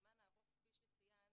מהזמן הארוך כפי שציינת,